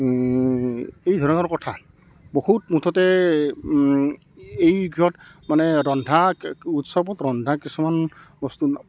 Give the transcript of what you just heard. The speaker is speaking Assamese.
এই ধৰণৰ কথা বহুত মুঠতে এই মানে ৰন্ধা উৎসৱত ৰন্ধা কিছুমান বস্তু